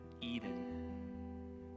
Eden